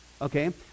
okay